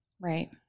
Right